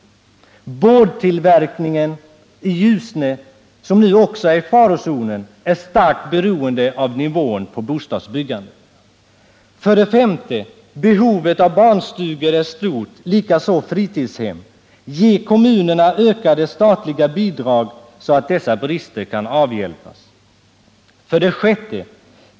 Boardtillverkningen i Ljusne, som nu också är i farozonen, är starkt beroende av omfattningen av bostadsbyggandet. 5. Ge kommunerna ökade statliga bidrag, så att bristen när det gäller barnstugor kan avhjälpas. Behovet av barnstugor och fritidshem är nämligen stort. 6.